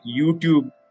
YouTube